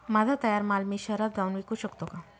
माझा तयार माल मी शहरात जाऊन विकू शकतो का?